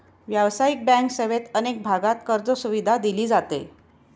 व्यावसायिक बँक सेवेत अनेक भागांत कर्जसुविधा दिली जाते